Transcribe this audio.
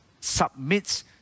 submits